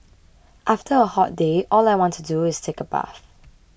after a hot day all I want to do is take a bath